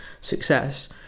success